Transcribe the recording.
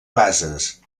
bases